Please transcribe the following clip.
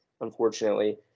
unfortunately